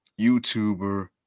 YouTuber